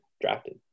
drafted